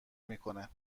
میکنه